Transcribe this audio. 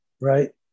Right